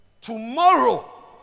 Tomorrow